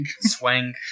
Swang